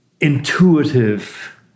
intuitive